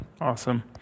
Awesome